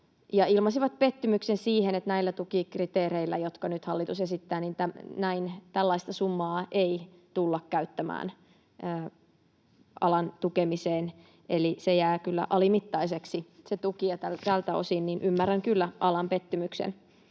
ilmaisivat pettymyksen siihen, että näillä tukikriteereillä, jotka nyt hallitus esittää, tällaista summaa ei tulla käyttämään alan tukemiseen. Eli se tuki jää kyllä alimittaiseksi. Tältä osin ymmärrän kyllä alan pettymyksen.